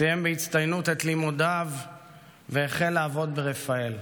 סיים בהצטיינות את לימודיו והחל לעבוד ברפאל,